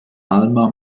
alma